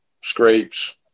scrapes